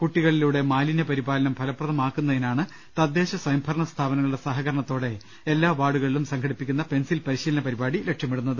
കുട്ടി കളിലൂടെ മാലിന്യ പരിപാലനം ഫലപ്രദമാക്കുന്നതിനാണ് തദ്ദേശസ്ഥയംഭരണ ട സ്ഥാപനങ്ങളുടെ സഹകരണത്തോടെ എല്ലാ വാർഡുകളിലും സംഘടിപ്പിക്കുന്ന പെൻസിൽ പരിശീലന പരിപാടി ലക്ഷ്യമിടുന്നത്